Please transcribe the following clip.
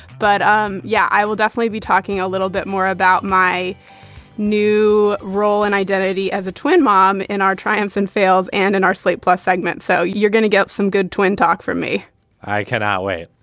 but um yeah, i will definitely be talking a little bit more about my new role and identity as a twin mom in our triumphs and fails and in our slate plus segment. so you're gonna get some good twin talk from me i cannot wait.